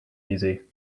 easy